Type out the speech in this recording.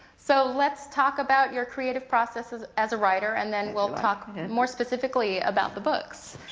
so let's talk about your creative process as as a writer, and then we'll talk more specifically about the books.